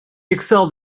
excelled